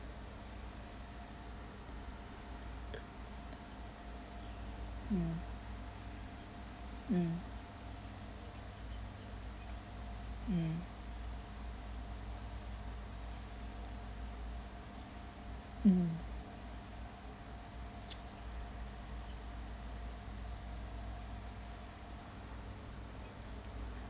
mm mm mm mmhmm